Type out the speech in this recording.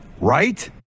Right